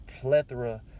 plethora